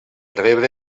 rebre